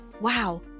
Wow